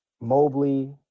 Mobley